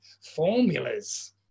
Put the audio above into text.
formulas